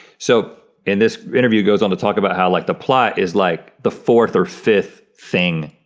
so, in this interview goes on to talk about how like the plot is like the fourth or fifth thing,